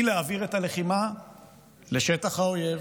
היא להעביר את הלחימה לשטח האויב,